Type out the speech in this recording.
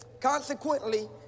consequently